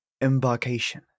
Embarkation